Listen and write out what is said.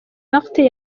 martin